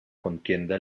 contienda